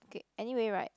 kay anyway right